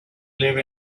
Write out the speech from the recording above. live